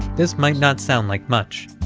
this might not sound like much.